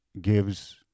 gives